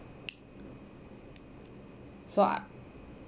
so I